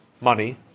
money